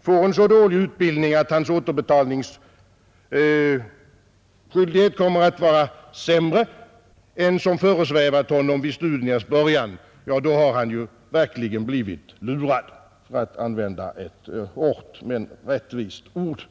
får en så dålig utbildning att hans återbetalningsförmåga blir sämre än vad som föresvävade honom vid studiernas början, ja då har han ju verkligen blivit lurad — för att använda ett hårt men rättvist ord.